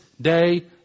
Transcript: Day